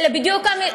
זה לא מה שאמרתי.